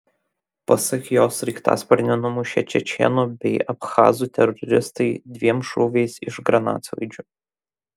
pasak jo sraigtasparnį numušė čečėnų bei abchazų teroristai dviem šūviais iš granatsvaidžių